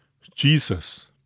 Jesus